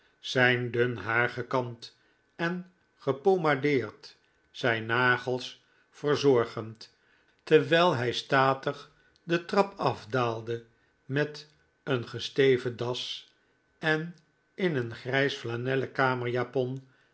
zijn dun haar gekamd en gepomadeerd zijn nagels verzorgend terwijl hij statig de trap afdaalde met een gesteven das en in een grijsflanellen